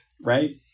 right